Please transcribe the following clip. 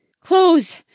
Close